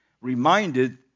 reminded